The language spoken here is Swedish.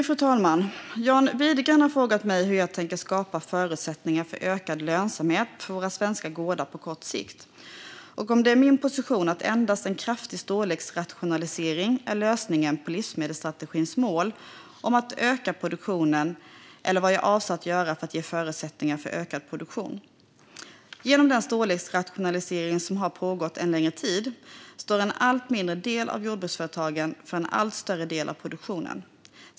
Fru talman! John Widegren har frågat mig hur jag tänker skapa förutsättningar för ökad lönsamhet för våra svenska gårdar på kort sikt, och om det är min position att endast en kraftig storleksrationalisering är lösningen på livsmedelsstrategins mål om att öka produktionen eller vad jag avser att göra för att ge förutsättningar för ökad produktion. Genom den storleksrationalisering som har pågått en längre tid står en allt mindre del av jordbruksföretagen för en allt större del av produktionen.